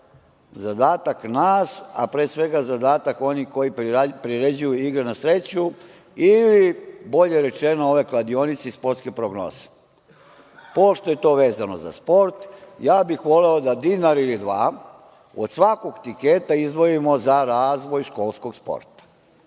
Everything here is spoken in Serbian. zadatak nas, a pre svega zadatak onih koji priređuju igre na sreću ili bolje rečeno ove kladionice i sportske prognoze. Pošto je to vezano za sport, ja bih voleo da dinar ili dva, od svakog tiketa, izdvojimo za razvoj školskog sporta.